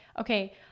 okay